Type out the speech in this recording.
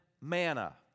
manna